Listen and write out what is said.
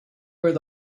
where